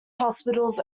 hospitals